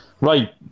Right